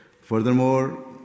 Furthermore